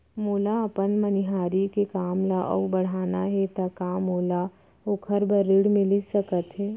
मोला अपन मनिहारी के काम ला अऊ बढ़ाना हे त का मोला ओखर बर ऋण मिलिस सकत हे?